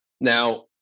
Now